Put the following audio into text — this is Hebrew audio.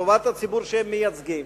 טובת הציבור שהם מייצגים.